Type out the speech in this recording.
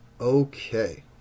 Okay